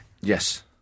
Yes